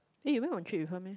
eh you went on trip with her meh